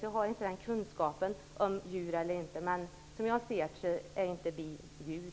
Jag har inte den kunskapen att jag kan avgöra om de är djur eller inte. Men som jag ser det är bin inte djur.